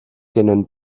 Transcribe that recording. tenen